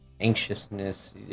anxiousness